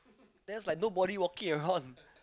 then was like nobody walking around